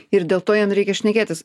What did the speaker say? ir dėl to jiem reikia šnekėtis